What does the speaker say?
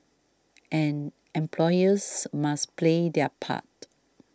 and employers must play their part